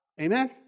Amen